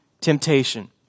temptation